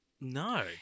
no